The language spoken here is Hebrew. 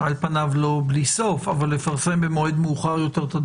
על פניו לא בלי סוף אבל - לפרסם במועד מאוחר יותר את הדוחות.